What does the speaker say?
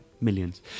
Millions